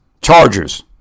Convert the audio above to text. Chargers